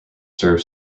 serve